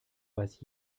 weiß